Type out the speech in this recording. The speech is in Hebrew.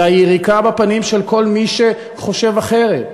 אלא יריקה בפנים של כל מי שחושב אחרת,